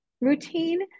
routine